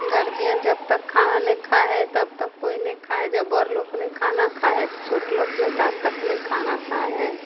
guardian जबतक खाना नहि खाइ हइ तबतक कोइ नहि खाइ हइ जब बड़ लोक नहि खाना खाइ हइ छोट लोक नहि तातक नहि खाना खाइ हइ